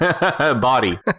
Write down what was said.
Body